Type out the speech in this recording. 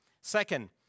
Second